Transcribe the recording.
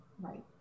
Right